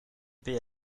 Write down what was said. paix